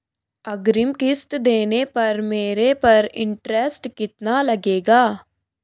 अग्रिम किश्त देने पर मेरे पर इंट्रेस्ट कितना लगेगा?